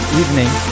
evening